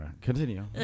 continue